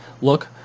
look